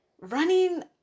running